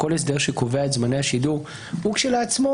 כל הסדר שקובע את זמני השידור הוא כשלעצמו